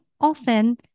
often